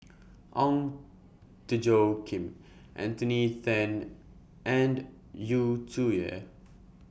Ong Tjoe Kim Anthony Then and Yu Zhuye